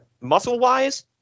Muscle-wise